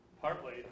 partly